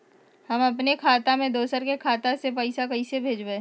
हम अपने खाता से दोसर के खाता में पैसा कइसे भेजबै?